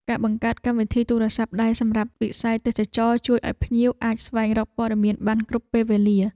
ការបង្កើតកម្មវិធីទូរស័ព្ទដៃសម្រាប់វិស័យទេសចរណ៍ជួយឱ្យភ្ញៀវអាចស្វែងរកព័ត៌មានបានគ្រប់ពេលវេលា។